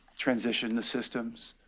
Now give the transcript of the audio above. transitioned the systems.